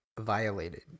violated